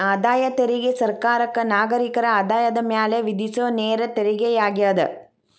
ಆದಾಯ ತೆರಿಗೆ ಸರ್ಕಾರಕ್ಕ ನಾಗರಿಕರ ಆದಾಯದ ಮ್ಯಾಲೆ ವಿಧಿಸೊ ನೇರ ತೆರಿಗೆಯಾಗ್ಯದ